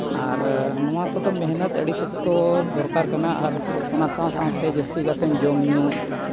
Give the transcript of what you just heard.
ᱟᱨ ᱱᱚᱣᱟ ᱠᱚᱫᱚ ᱢᱮᱦᱱᱚᱛ ᱟᱹᱰᱤ ᱥᱚᱠᱛᱚ ᱫᱚᱨᱠᱟᱨ ᱠᱟᱱᱟ ᱟᱨ ᱚᱱᱟ ᱥᱟᱶ ᱥᱟᱶᱛᱮ ᱡᱟᱹᱥᱛᱤ ᱠᱟᱛᱮᱫ ᱡᱚᱢᱼᱧᱩ